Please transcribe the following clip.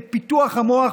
את פיתוח המוח.